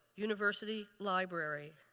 university library.